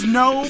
no